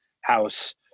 house